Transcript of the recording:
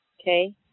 Okay